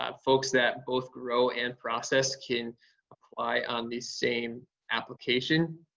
um folks that both grow and process can apply on these same application.